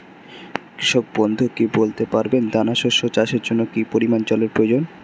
কৃষক বন্ধু কি বলতে পারবেন দানা শস্য চাষের জন্য কি পরিমান জলের প্রয়োজন?